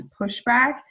pushback